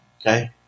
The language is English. Okay